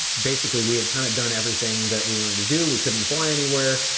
basically, we had kind of done everything that we wanted to do, we couldn't fly anywhere.